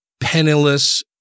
penniless